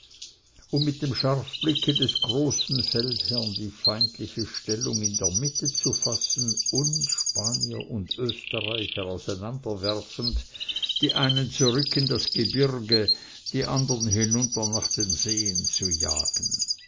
um mit dem scharfblicke des großen feldherrn die feindliche stellung in der mitte zu fassen und spanier und österreicher auseinander werfend die einen zurück in das gebirge die andern hinunter nach den seen zu jagen